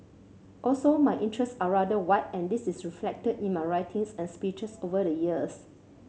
also my interests are rather wide and this is reflected in my writings and speeches over the years